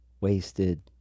wasted